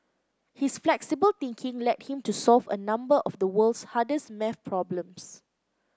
his flexible thinking led him to solve a number of the world's hardest math problems